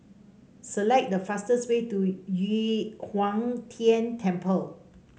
select the fastest way to Yu Huang Tian Temple